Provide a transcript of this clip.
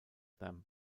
them